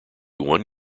one